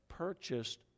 purchased